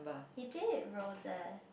he did Roses